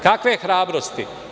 Kakve hrabrosti?